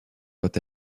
quand